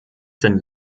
sind